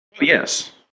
Yes